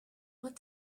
what